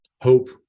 Hope